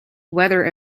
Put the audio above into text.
weather